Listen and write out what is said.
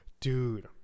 dude